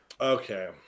Okay